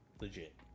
legit